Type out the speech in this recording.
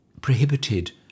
prohibited